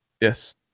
yes